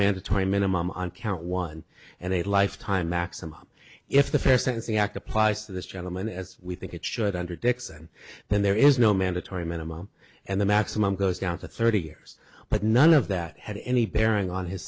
mandatory minimum on count one and a lifetime maximum if the first sentence the act applies to this gentleman as we think it should under dixon then there is no mandatory minimum and the maximum goes down to thirty years but none of that had any bearing on his